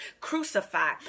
crucified